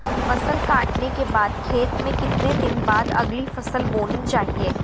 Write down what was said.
फसल काटने के बाद खेत में कितने दिन बाद अगली फसल बोनी चाहिये?